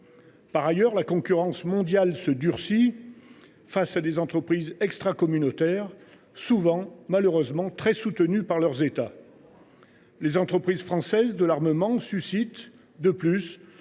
Par ailleurs, la concurrence mondiale se durcit, avec des entreprises extracommunautaires souvent très soutenues par leurs États. Les entreprises françaises de l’armement suscitent de plus